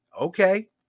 okay